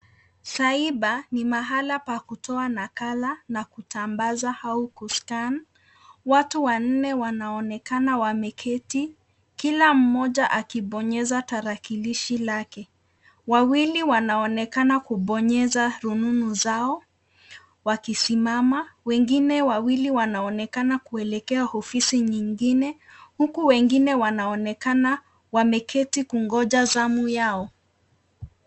Cyber ni mahala pa kutoa nakala na kutambaza au ku scan . Watu wanne wanaonekana wameketi, kila mmoja akibonyeza tarakilishi lake. Wawili wanaonekana kubonyeza rununu zao wakisimama, wengine wawili wanaonekana kuelekea ofisi nyingine huku wengine wanaonekana wameketi kungoja zamu yao.